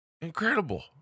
incredible